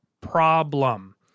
problem